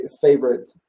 favorite